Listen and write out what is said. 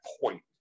point